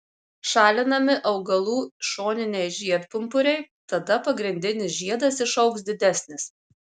šalinami augalų šoniniai žiedpumpuriai tada pagrindinis žiedas išaugs didesnis